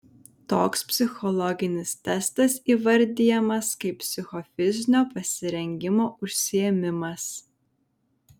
toks psichologinis testas įvardijamas kaip psichofizinio pasirengimo užsiėmimas